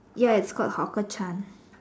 ya it's called hawker Chan